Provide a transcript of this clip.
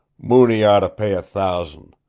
mooney ought to pay a thousand.